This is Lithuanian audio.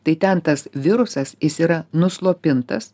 tai ten tas virusas jis yra nuslopintas